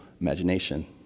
imagination